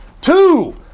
two